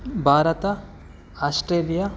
Bharat Australia